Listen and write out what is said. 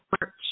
March